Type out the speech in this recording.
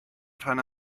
rhan